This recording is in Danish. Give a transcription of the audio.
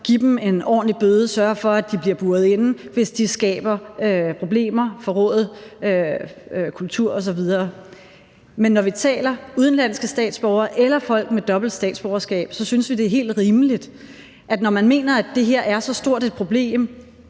give dem en ordentlig bøde og sørge for, at de bliver buret inde, hvis de skaber problemer, en forrået kultur osv. Men når vi taler om udenlandske statsborgere eller folk med dobbelt statsborgerskab, synes vi, det er helt rimeligt, at når man mener, at det her er så stort et problem,